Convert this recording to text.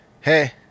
Hey